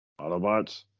Autobots